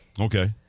Okay